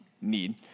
need